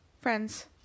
Friends